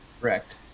Correct